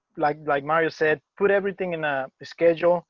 like, like my you said put everything in a schedule